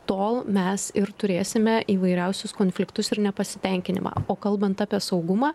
tol mes ir turėsime įvairiausius konfliktus ir nepasitenkinimą o kalbant apie saugumą